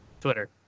Twitter